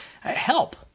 help